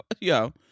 Yo